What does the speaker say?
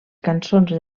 cançons